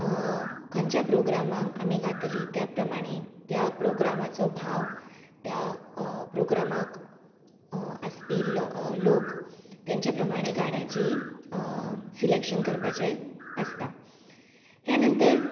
खंयच्या प्रोग्रामांक आमी गातली त्या प्रमाणे त्या प्रोग्रामाचो भाव त्या प्रोग्रामाक आसपी लोक तेंच्या प्रमाणे गाण्याची सिलेक्शन करपाचें आसता त्या नंतर